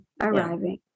arriving